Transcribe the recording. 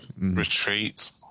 Retreat